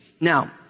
Now